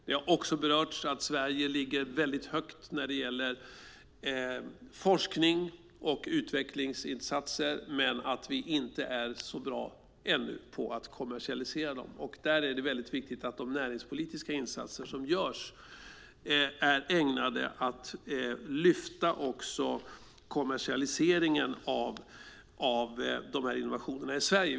Det har också berörts att Sverige ligger väldigt högt när det gäller forskning och utvecklingsinsatser men att vi inte är så bra - ännu - på att kommersialisera dem. Där är det väldigt viktigt att de näringspolitiska insatser som görs är ägnade att lyfta också kommersialiseringen av innovationerna i Sverige.